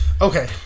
Okay